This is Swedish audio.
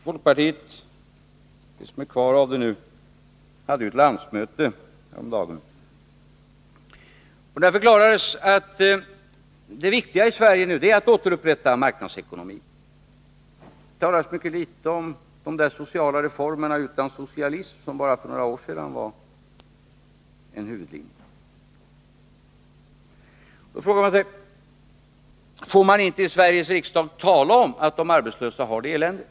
Folkpartiet — vad som är kvar av det — höll landsmöte häromdagen. Där förklarades att det viktiga för Sverige just nu är att återupprätta marknadsekonomin. Det talades mycket litet om sociala reformer utan socialism, något som för bara ett par år sedan var en huvudlinje. Jag frågar mig: Får man inte i Sveriges riksdag tala om att de arbetslösa har det eländigt?